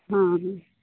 ਹਾਂ ਹਾਂ